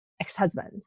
ex-husband